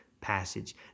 passage